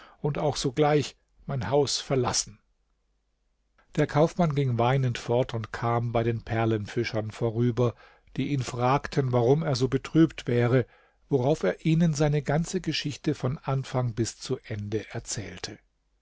und auch sogleich mein haus verlassen der kaufmann ging weinend fort und kam bei perlenfischern vorüber die ihn fragten warum er so betrübt wäre worauf er ihnen seine ganze geschichte von anfang bis zu ende erzählte